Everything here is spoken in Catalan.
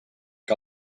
que